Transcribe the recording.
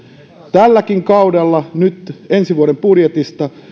tälläkin kaudella nyt ensi vuoden budjetista